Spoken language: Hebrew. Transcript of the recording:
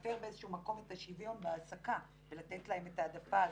להפר באיזשהו מקום את השוויון בהעסקה ולתת להם את ההעדפה הזו.